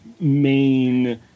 main